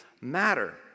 matter